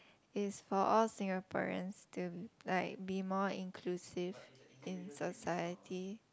is for all Singaporeans to like be more inclusive in society